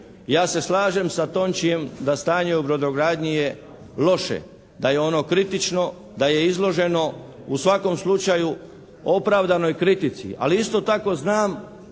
Ja se slažem sa Tončijem da stanje u brodogradnji je loše, da je ono kritično, da je izloženo u svakom slučaju opravdanoj kritici ali isto tako znam